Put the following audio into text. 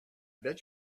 bet